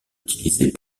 utilisés